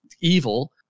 evil